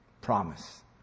Promise